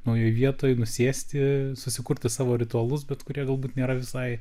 naujoj vietoj nusėsti susikurti savo ritualus bet kurie galbūt nėra visai